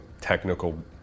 technical